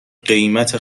قیمت